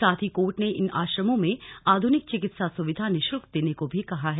साथ ही कोर्ट ने इन आश्रमों में आध्रनिक चिक्तिसा सुविधा निःशुल्क देने को भी कहा है